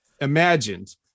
imagined